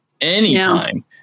anytime